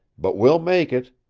but we'll make it!